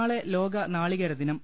നാളെ ലോക നാളികേര ദിനം